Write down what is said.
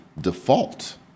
default